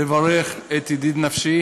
לברך את ידיד נפשי